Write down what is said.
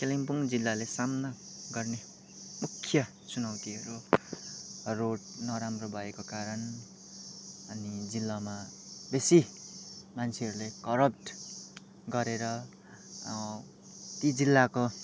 कालिम्पोङ जिल्लाले सामना गर्ने मुख्य चुनौतीहरू रोड नराम्रो भएको कारण अनि जिल्लामा बेसी मान्छेहरले करप्ट गरेर ति जिल्लाको